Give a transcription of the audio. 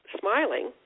smiling